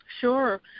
Sure